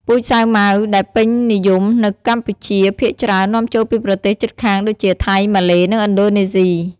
ពូជសាវម៉ាវដែលពេញនិយមនៅកម្ពុជាភាគច្រើននាំចូលពីប្រទេសជិតខាងដូចជា ថៃ ម៉ាឡេ និងឥណ្ឌូនេស៊ី។